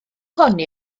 honni